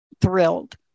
thrilled